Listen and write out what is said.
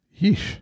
Yeesh